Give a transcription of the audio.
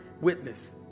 witness